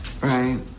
right